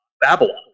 Babylon